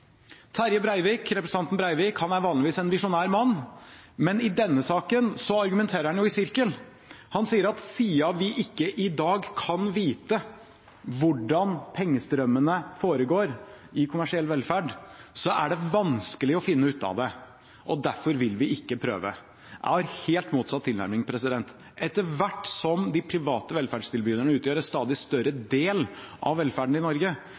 Representanten Terje Breivik er vanligvis en visjonær mann, men i denne saken argumenterer han i sirkel. Han sier at siden vi ikke i dag kan vite hvordan pengestrømmene foregår i kommersiell velferd, er det vanskelig å finne ut av det, og derfor vil vi ikke prøve. Jeg har helt motsatt tilnærming: Etter hvert som de private velferdstilbyderne utgjør en stadig større del av velferden i Norge,